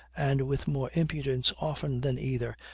and with more impudence often than either,